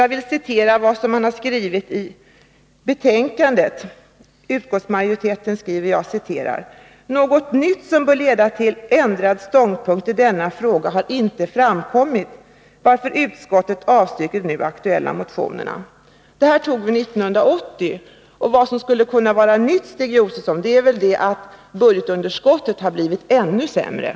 Låt mig citera vad utskottsmajoriteten skriver i betänkandet: ”Något nytt som bör leda till ändrad ståndpunkt i denna fråga har inte framkommit, varför utskottet avstyrker de nu aktuella motionerna.” Det senaste beslutet fattade vi år 1980. Det nya, Stig Josefson, är väl att budgetunderskottet har blivit ännu större.